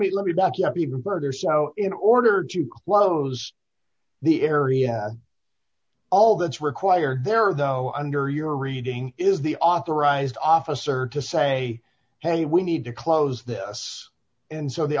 me let me walk up even further south in order to close the area all that's required there though under your reading is the authorized officer to say hey we need to close this and so the